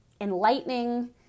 enlightening